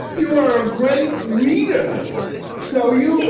you are a great reader so you